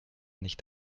nicht